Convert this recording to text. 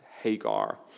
Hagar